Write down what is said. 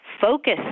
focus